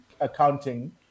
accounting